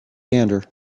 gander